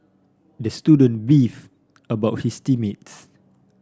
the student beefed about his team mates